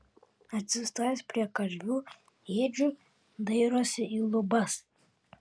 atsistojęs prie karvių ėdžių dairosi į lubas